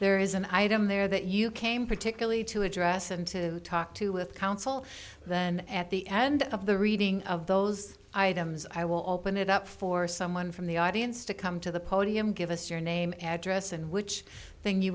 there is an item there that you came particularly to address and to talk to with counsel then at the end of the reading of those items i will open it up for someone from the audience to come to the podium give us your name address and which thing you